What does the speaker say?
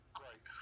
great